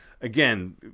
Again